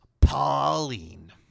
Pauline